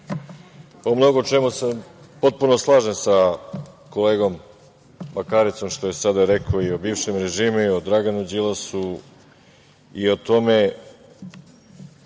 u mnogo čemu se potpuno slažem sa kolegom Bakarecom što je sada rekao i o bivšem režimu i o Draganu Đilasu i o tome